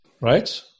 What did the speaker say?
right